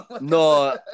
No